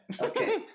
Okay